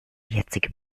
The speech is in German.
jetzige